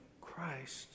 Christ